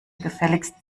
gefälligst